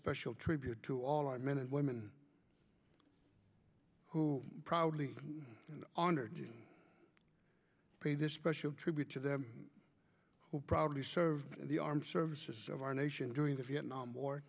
special tribute to all our men and women who proudly honored you pay this special tribute to them who proudly served in the armed services of our nation during the vietnam war